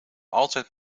altijd